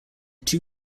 two